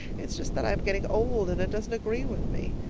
it's just that i'm getting old and it doesn't agree with me.